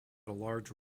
large